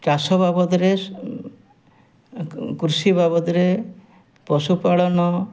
ଚାଷ ବାବଦରେ କୃଷି ବାବଦରେ ପଶୁ ପାଳନ